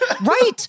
right